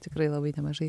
tikrai labai nemažai